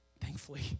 thankfully